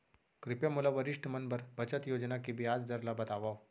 कृपया मोला वरिष्ठ मन बर बचत योजना के ब्याज दर ला बतावव